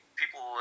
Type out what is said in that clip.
people